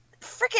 freaking